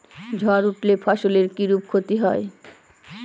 ঝড় উঠলে ফসলের কিরূপ ক্ষতি হয়?